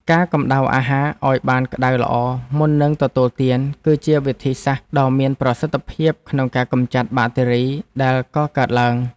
ការកំដៅអាហារឱ្យបានក្តៅល្អមុននឹងទទួលទាន គឺជាវិធីសាស្ត្រដ៏មានប្រសិទ្ធភាពក្នុងការកម្ចាត់បាក់តេរីដែលកកើតឡើង។